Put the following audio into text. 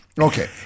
Okay